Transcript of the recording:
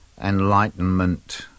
Enlightenment